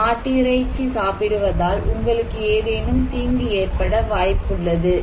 மாட்டிறைச்சி சாப்பிடுவதால் உங்களுக்கு ஏதேனும் தீங்கு ஏற்பட வாய்ப்புள்ளது "